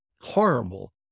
horrible